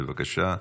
בבקשה,